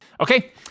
Okay